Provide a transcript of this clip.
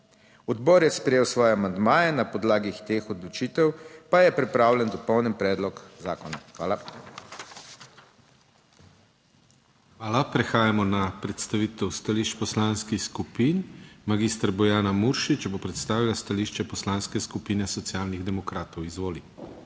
Odbor je sprejel svoje amandmaje, na podlagi teh odločitev pa je pripravljen dopolnjen predlog zakona. Hvala. **PODPREDSEDNIK DANIJEL KRIVEC:** Hvala. Prehajamo na predstavitev stališč poslanskih skupin. Magistra Bojana Muršič bo predstavila stališče Poslanske skupine Socialnih demokratov. Izvoli.